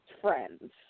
friends